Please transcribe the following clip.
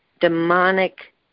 demonic